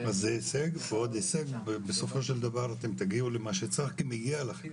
זה הישג ועוד הישג ובסופו של דבר אתם תגיעו למה שצריך כי מגיע לכם.